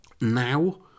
Now